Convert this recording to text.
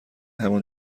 همان